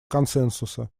консенсуса